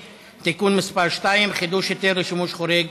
(תיקון מס' 2) (חידוש היתר לשימוש חורג